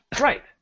Right